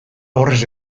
horrez